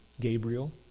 Gabriel